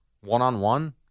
one-on-one